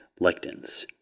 lectins